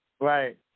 right